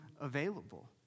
available